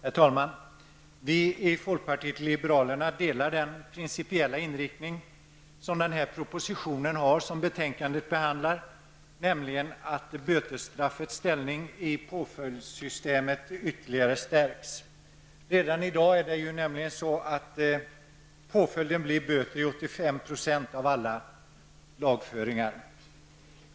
Herr talman! Vi i folkpartiet liberalerna delar den principiella inriktning som kommer till uttryck i den proposition som behandlas i betänkandet, nämligen att bötesstraffets ställning i påföljdssystemet ytterligare stärks. Redan i dag blir påföljden böter i 85 % av alla lagföringar.